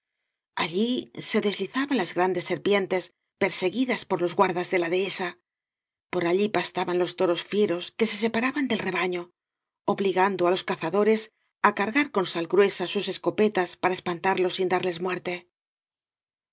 allí se deslizaban las grandes serpientes perseguidas por los guardas de la ddhesa por allí pastaban los toros fieros que se separaban del rebaño obligando á los cazadores á cargar con sal grueea bus escopetas para es pantarlos sin darles muerte